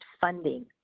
funding